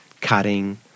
cutting